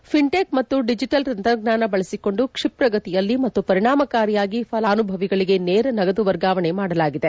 fintech ಮತ್ತು digital ತಂತ್ರಜ್ಞಾನ ಬಳಸಿಕೊಂಡು ಕ್ಷಿಪ್ರಗತಿಯಲ್ಲಿ ಮತ್ತು ಪರಿಣಾಮಕಾರಿಯಾಗಿ ಫಲಾನುಭವಿಗಳಿಗೆ ನೇರ ನಗದು ವರ್ಗಾವಣೆ ಮಾಡಲಾಗಿದೆ